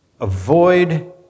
avoid